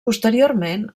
posteriorment